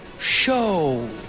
show